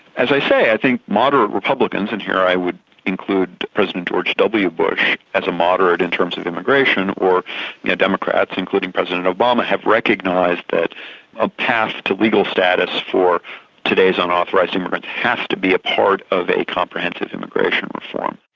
as i say, i think moderate republicans, and here i would include president george w bush as a moderate in terms of immigration, or you know democrats, including president obama, have recognised that but a path to legal status for today's unauthorised immigrants has to be a part of a comprehensive immigration reform.